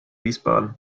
wiesbaden